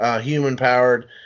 human-powered